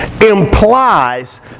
implies